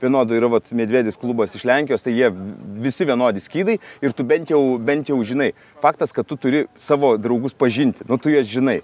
vienodų yra vat medvėdis klubas iš lenkijos tai jie visi vienodi skydai ir tu bent jau bent jau žinai faktas kad tu turi savo draugus pažinti o tu juos žinai